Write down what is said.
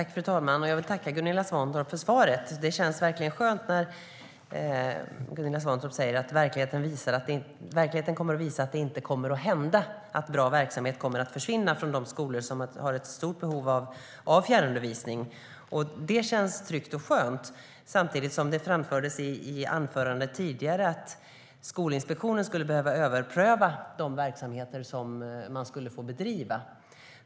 Fru talman! Jag tackar Gunilla Svantorp för svaret. Det känns verkligen skönt att Gunilla Svantorp säger att verkligheten kommer att visa att bra verksamhet inte försvinner från de skolor som har ett stort behov av fjärrundervisning. Det känns tryggt och skönt, samtidigt som det i ett tidigare anförande framfördes att Skolinspektionen skulle behöva överpröva de verksamheter man skulle få bedriva.